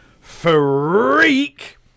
freak